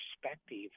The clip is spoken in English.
perspective